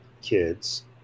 kids